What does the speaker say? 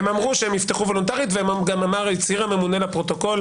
אמרו שיפתחו וולונטרית וגם הצהיר הממונה לפרוטוקול